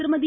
திருமதி